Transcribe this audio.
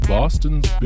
Boston's